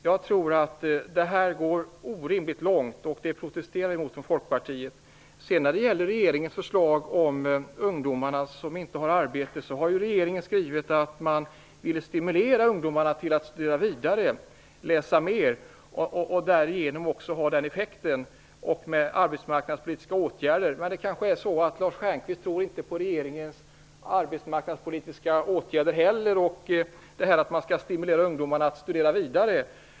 Detta är att gå orimligt långt, och det protesterar vi mot från När det sedan gäller regeringens förslag om de ungdomar som saknar arbete har regeringen skrivit att man vill stimulera ungdomarna till att studera vidare. Därigenom skulle man uppnå samma effekter som med arbetsmarknadspolitiska åtgärder. Men det kanske är så att Lars Stjernkvist inte heller tror på regeringens arbetmarknadspolitiska åtgärder och på detta att man skall stimulera ungdomar att studera vidare.